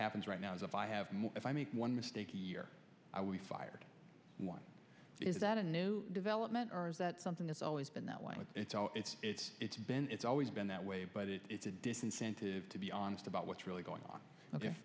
happens right now is if i have more if i make one mistake a year i will be fired one is that a new development or is that something that's always been that way when it's it's it's it's been it's always been that way but it's a disincentive to be honest about what's really going on